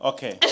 Okay